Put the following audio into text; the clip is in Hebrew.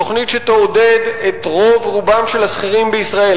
תוכנית שתעודד את רוב רובם של השכירים בישראל,